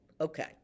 Okay